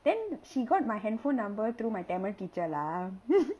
then she got my handphone number through my Tamil teacher lah